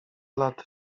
lat